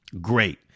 Great